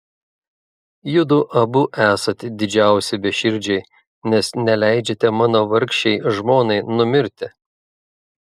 judu abu esat didžiausi beširdžiai nes neleidžiate mano vargšei žmonai numirti